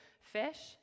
fish